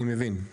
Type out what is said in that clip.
אני מבין.